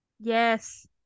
Yes